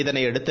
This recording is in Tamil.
இதையடுத்து